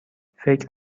فکر